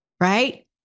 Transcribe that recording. right